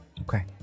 Okay